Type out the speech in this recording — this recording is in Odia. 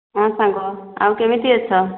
ହଁ ସାଙ୍ଗ ଆଉ କେମିତି ଅଛ